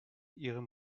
ihrem